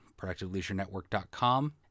ProductiveLeisureNetwork.com